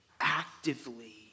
actively